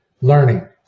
learning